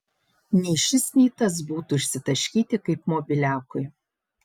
nei šis nei tas būtų išsitaškyti kaip mobiliakui